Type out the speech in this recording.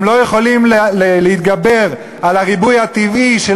הם לא יכולים להתגבר על הריבוי הטבעי של